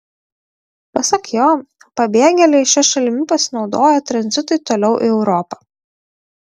pasak jo pabėgėliai šia šalimi pasinaudoja tranzitui toliau į europą